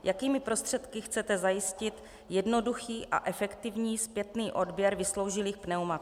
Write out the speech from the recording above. Jakými prostředky chcete zajistit jednoduchý a efektivní zpětný odběr vysloužilých pneumatik?